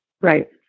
Right